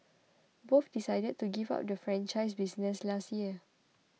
both decided to give up the franchise business last year